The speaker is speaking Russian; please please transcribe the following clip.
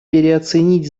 переоценить